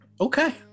Okay